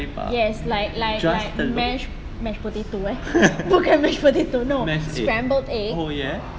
yes like like like mash mashed potato eh bukan mashed potato no scrambled egg